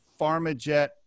pharmajet